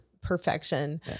perfection